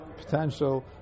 potential